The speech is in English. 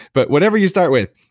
but whenever you start with,